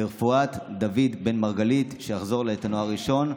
לרפואת דוד בן מרגלית, שיחזור לאיתנו הראשון,